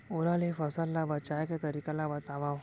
ओला ले फसल ला बचाए के तरीका ला बतावव?